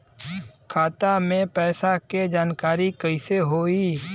खाता मे पैसा के जानकारी कइसे होई?